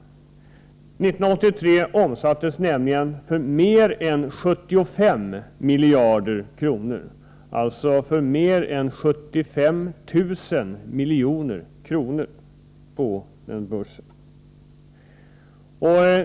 1983 omsattes det nämligen för mer än 75 miljarder, alltså för 75 000 milj.kr., på börsen.